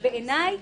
בעיניי,